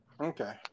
okay